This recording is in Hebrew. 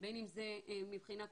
או מבחינה כלכלית.